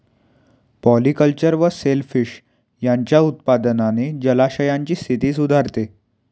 polyculture व shellfish यांच्या उत्पादनाने जलाशयांची स्थिती सुधारते